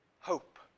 Hope